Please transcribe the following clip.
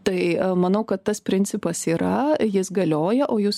tai manau kad tas principas yra jis galioja o jūs